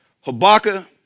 Habakkuk